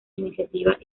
iniciativas